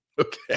Okay